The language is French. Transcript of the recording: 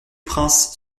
prince